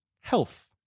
Health